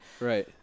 Right